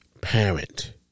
parent